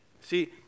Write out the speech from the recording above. See